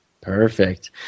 Perfect